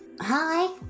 Hi